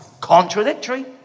Contradictory